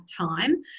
time